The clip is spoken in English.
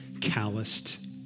calloused